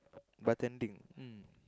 bartending mm